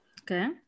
Okay